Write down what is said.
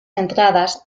entradas